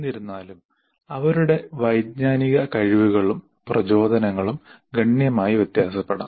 എന്നിരുന്നാലും അവരുടെ വൈജ്ഞാനിക കഴിവുകളും പ്രചോദനങ്ങളും ഗണ്യമായി വ്യത്യാസപ്പെടാം